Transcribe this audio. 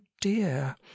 dear